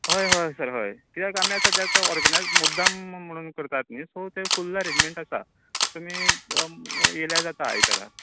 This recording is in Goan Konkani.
हय हय सर हय कित्याक आमी तें आतां ऑर्गनाइज मुद्दम म्हण करतात न्ही सो तें फुल्ल एरेंजमेन्ट आसा तुमी येयल्यार जाता आयतारा